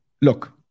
look